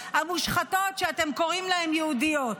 המושחתות שאתם קוראים להן "יהודיות".